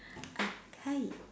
ah hi